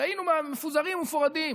הרי היינו מפוזרים ומפורדים